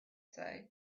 said